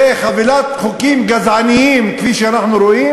וחבילת חוקים גזעניים, כפי שאנחנו רואים,